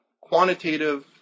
quantitative